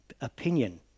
opinion